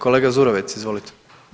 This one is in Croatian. Kolega Zurovec, izvolite.